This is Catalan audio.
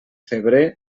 febrer